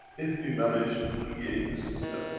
if we manage to create a system.